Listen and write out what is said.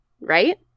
right